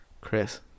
Chris